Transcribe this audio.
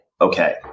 okay